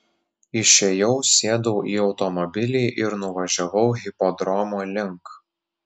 išėjau sėdau į automobilį ir nuvažiavau hipodromo link